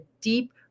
deep